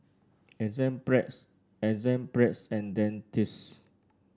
Enzyplex Enzyplex and Dentiste